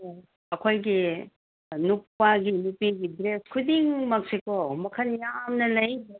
ꯑꯩꯈꯣꯏꯒꯤ ꯅꯨꯄꯥꯒꯤ ꯅꯨꯄꯤꯒꯤ ꯗ꯭ꯔꯦꯁ ꯈꯨꯗꯤꯡꯃꯛꯁꯦꯀꯣ ꯃꯈꯟ ꯌꯥꯝꯅ ꯂꯩ